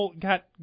got